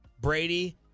Brady